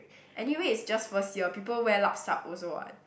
anyway is just first year people wear lup-sup also what